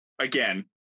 Again